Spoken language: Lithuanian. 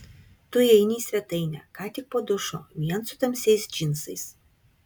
tu įeini į svetainę ką tik po dušo vien su tamsiais džinsais